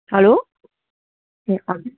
hello ए हजुर